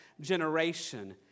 generation